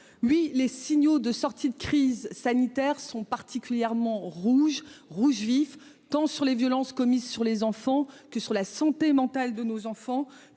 Oui les signaux de sortie de crise sanitaire sont particulièrement rouge rouge vif, tant sur les violences commises sur les enfants que sur la santé mentale de nos enfants